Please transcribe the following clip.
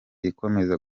izakomeza